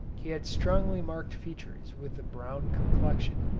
he had strongly marked features, with a brown complexion,